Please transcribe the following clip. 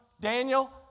Daniel